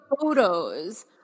photos